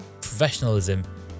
professionalism